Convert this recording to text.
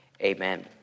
Amen